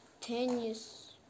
tennis